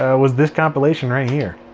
ah was this compilation right here.